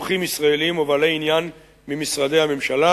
מומחים ישראלים ובעלי עניין ממשרדי הממשלה,